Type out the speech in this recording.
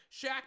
Shaq